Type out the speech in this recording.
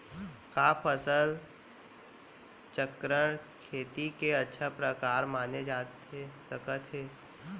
का फसल चक्रण, खेती के अच्छा प्रकार माने जाथे सकत हे?